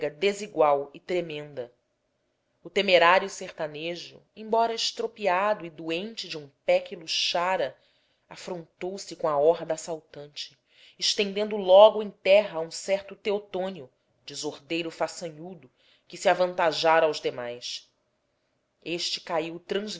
desigual e tremenda o temerário sertanejo embora estropiado e doente de um pé que luxara afrontou se com a horda assaltante estendendo logo em terra a um certo teotônio desordeiro façanhudo que se avantajara aos demais este caiu